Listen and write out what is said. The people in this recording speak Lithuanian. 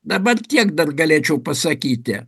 dabar tiek dar galėčiau pasakyti